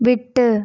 விட்டு